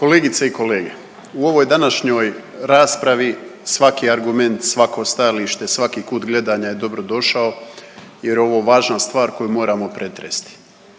Kolegice i kolege, u ovoj današnjoj raspravi svaki argument, svako stajalište i svaki kut gledanja je dobrodošao jer je ovo važna stvar koju moramo pretresti.